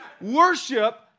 worship